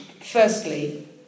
Firstly